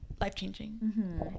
life-changing